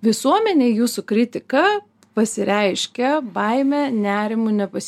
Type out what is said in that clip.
visuomenei jūsų kritika pasireiškia baime nerimu ne pas